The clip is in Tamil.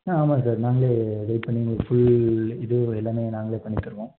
அ ஆமாங்க சார் நாங்களே வெயிட் பண்ணி உங்களுக்கு ஃபுல் இது எல்லாமே நாங்களே பண்ணி தருவோம்